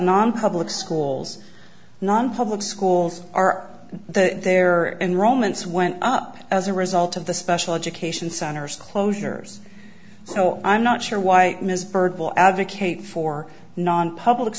nonpublic schools non public schools are that their enrollments went up as a result of the special education center's closures so i'm not sure why ms byrd will advocate for non public